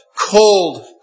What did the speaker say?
cold